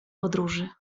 podróży